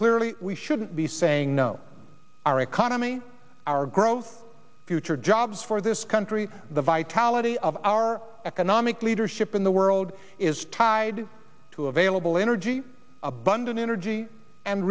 clearly we shouldn't be saying no our economy our growth future jobs for this country the vitality of our economic leadership in the world is tied to available energy abundant energy and